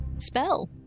spell